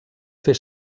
fer